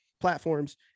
platforms